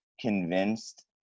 convinced